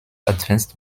advanced